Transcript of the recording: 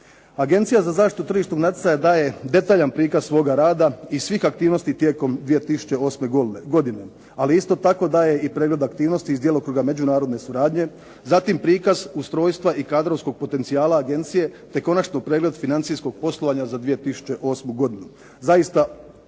Agencija za zaštitu tržišnog natjecanja daje detaljan prikaz svoga rada i svih aktivnosti tijekom 2008. godine., ali isto tako daje i pregled aktivnosti iz djelokruga međunarodne suradnje, zatim prikaz ustrojstva i kadrovskog potencijala agencije te konačno pregled financijskog poslovanja za 2008. godinu.